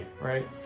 right